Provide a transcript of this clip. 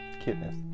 Cuteness